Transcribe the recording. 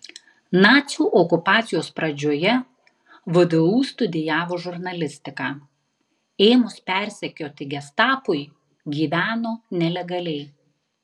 nacių okupacijos pradžioje vdu studijavo žurnalistiką ėmus persekioti gestapui gyveno nelegaliai